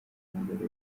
umugore